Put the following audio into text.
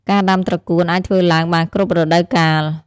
ការដាំត្រកួនអាចធ្វើឡើងបានគ្រប់រដូវកាល។